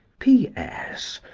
p. s.